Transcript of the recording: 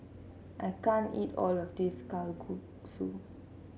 I can't eat all of this Kalguksu